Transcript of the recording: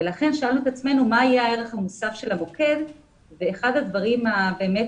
לכן שאלנו את עצמנו מה יהיה הערך המוסף של המוקד ואחד דברים היפים